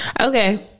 Okay